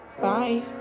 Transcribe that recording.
bye